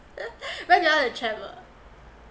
where do you want to travel